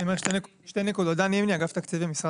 פצוע שנפצע